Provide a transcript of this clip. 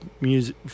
music